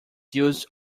used